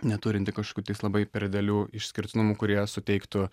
neturinti kažkokių tais labai per didelių išskirtinumų kurie suteiktų